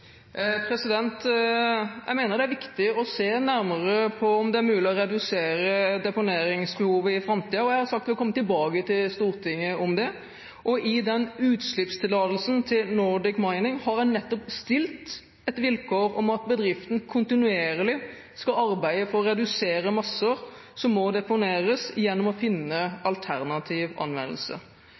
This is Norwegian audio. Jeg mener det er viktig å se nærmere på om det er mulig å redusere deponeringsbehovet i framtiden, og jeg har sagt jeg vil komme tilbake til Stortinget om det. I utslippstillatelsen til Nordic Mining har jeg nettopp stilt et vilkår om at bedriften kontinuerlig skal arbeide for å redusere masser som må deponeres, gjennom å finne alternativ anvendelse.